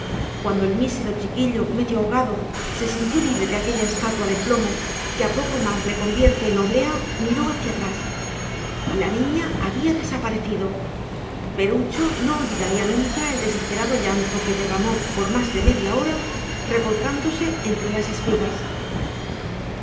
cuando el mísero chiquillo medio ahogado se sintió libre de aquella estatua de plomo que a poco más le convierte en oblea miró hacia atrás la niña había desaparecido perucho no olvidará nunca el desesperado llanto que derramó por más de media hora revolcándose entre las espigas